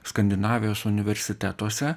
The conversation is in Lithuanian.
skandinavijos universitetuose